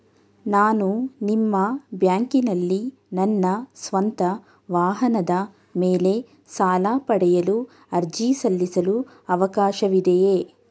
ನಾನು ನಿಮ್ಮ ಬ್ಯಾಂಕಿನಲ್ಲಿ ನನ್ನ ಸ್ವಂತ ವಾಹನದ ಮೇಲೆ ಸಾಲ ಪಡೆಯಲು ಅರ್ಜಿ ಸಲ್ಲಿಸಲು ಅವಕಾಶವಿದೆಯೇ?